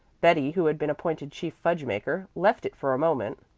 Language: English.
betty, who had been appointed chief fudge-maker, left it for a moment,